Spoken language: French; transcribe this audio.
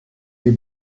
les